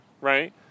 right